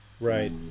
Right